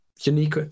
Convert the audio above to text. unique